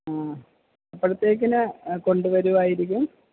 ആ എപ്പഴത്തേക്കിന് കൊണ്ടുവരുമായിരിക്കും